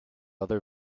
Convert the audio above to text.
other